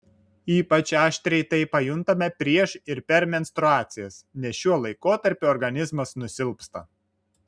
ypač aštriai tai pajuntame prieš ir per menstruacijas nes šiuo laikotarpiu organizmas nusilpsta